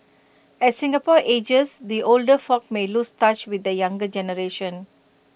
as Singapore ages the older folk may lose touch with the younger generation